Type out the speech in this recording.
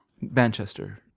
Manchester